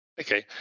Okay